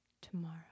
Tomorrow